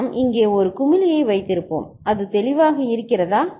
நாம் இங்கே ஒரு குமிழியை வைத்திருப்போம் அது தெளிவாக இருக்கிறதா